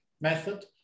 method